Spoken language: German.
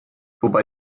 wobei